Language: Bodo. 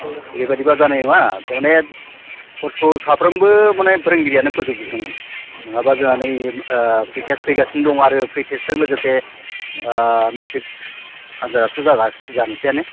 अ बेबायदिबा जानाय नङा थारमाने कर्सखौ साफ्रोमबो माने फोरोंगिरियानो फोजोबजोबनांगोन नङाबा जोंहा नै प्रि टेस्ट फैगासिनो दं आरो प्रि टेस्ट जों लोगोसे मेथ्रिक आनजादआथ' जानोसैआनो